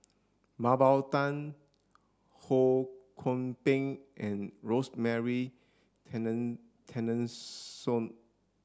Mah Bow Tan Ho Kwon Ping and Rosemary